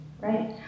right